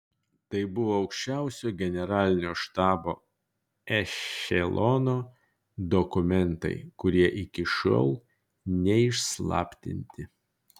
tai buvo aukščiausio generalinio štabo ešelono dokumentai kurie iki šiol neišslaptinti